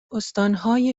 استانهای